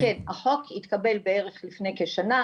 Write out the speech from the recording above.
כן החוק התקבל בערך לפני כשנה,